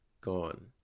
Gone